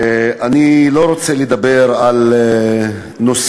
אני לא רוצה לדבר על נושאים,